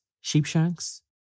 Sheepshanks